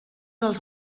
els